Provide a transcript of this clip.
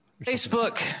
Facebook